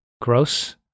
Gross